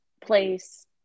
place